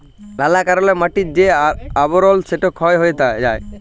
লালা কারলে মাটির যে আবরল সেট ক্ষয় হঁয়ে যায়